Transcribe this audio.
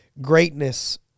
greatness